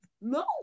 No